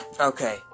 Okay